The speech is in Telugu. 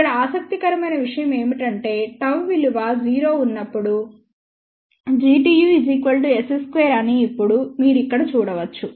ఇక్కడ ఆసక్తికరమైన విషయం ఏమిటంటే Γ విలువ 0 ఉన్నప్పుడు Gtm S 2 అని ఇప్పుడు మీరు ఇక్కడ చూడవచ్చు